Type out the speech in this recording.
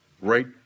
Right